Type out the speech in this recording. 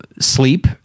sleep